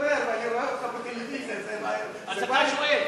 זה בא לי טבעי.